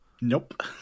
Nope